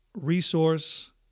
resource